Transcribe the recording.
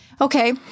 Okay